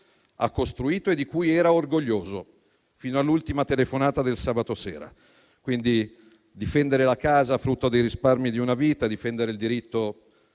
ha costruito e di cui era orgoglioso, fino all'ultima telefonata del sabato sera. Quindi, difendere la casa, frutto dei risparmi di una vita, difendere il diritto